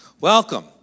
Welcome